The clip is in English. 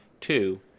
Two